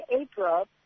April